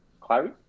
Clary